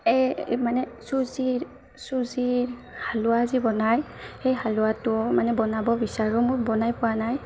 এই মানে চুজিৰ চুজিৰ হালোৱা যি বনায় সেই হালোৱাটো মানে বনাব বিচাৰোঁ মোৰ বনাই পোৱা নাই